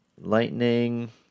Lightning